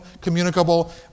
communicable